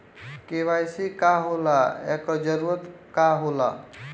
KYC का होला एकर जरूरत का होला?